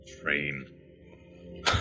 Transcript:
Train